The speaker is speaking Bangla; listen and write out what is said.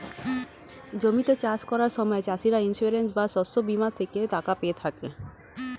জমিতে চাষ করার সময় চাষিরা ইন্সিওরেন্স বা শস্য বীমা থেকে টাকা পেয়ে থাকে